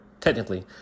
technically